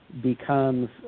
becomes